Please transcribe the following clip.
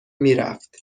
میرفت